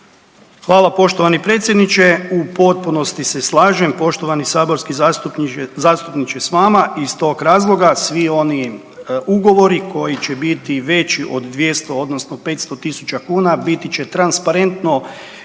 Hvala poštovani predsjedniče. U potpunosti se slažem poštovani saborski zastupniče s vama i iz tog razloga svi oni ugovori koji će biti veći od 200 odnosno 500.000 kuna biti će transparentno